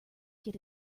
get